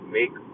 make